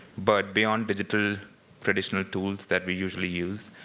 but beyond digital traditional tools that we usually use.